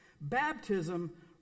Baptism